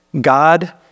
God